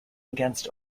against